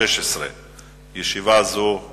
ב-9 במרס 2010 פורסם ב"הארץ" כי בחודשים האחרונים מבצעת